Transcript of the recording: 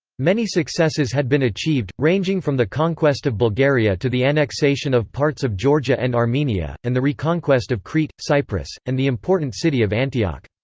many successes had been achieved, ranging from the conquest of bulgaria to the annexation of parts of georgia and armenia, and the reconquest of crete, cyprus, and the important city of antioch.